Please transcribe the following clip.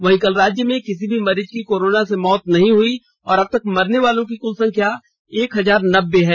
वहीं कल राज्य में किसी भी मरीज की कोरोना से मौत नहीं हुई है और अबतक मरने वालों की कुल संख्या एक हजार नब्बे है